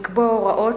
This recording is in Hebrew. תשובה,